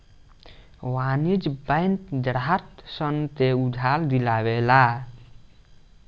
वाणिज्यिक बैंक ग्राहक सन के उधार दियावे ला